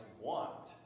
want